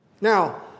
Now